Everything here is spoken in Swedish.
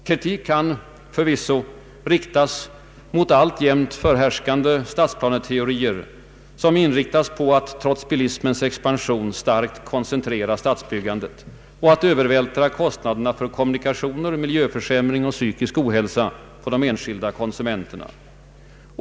Kritik kan förvisso riktas mot alltjämt förhärskande stadsplaneteorier, som inriktas på att, trots bilismens expansion, starkt koncentrera stadsbyggandet och att övervältra kostnaderna för kommunikationer, miljöförsämring och psykisk ohälsa på de enskilda konsumenterna.